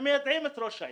שם מיידעים את ראש העיר.